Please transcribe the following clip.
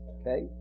okay